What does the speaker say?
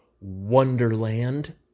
wonderland